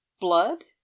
Blood